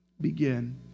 begin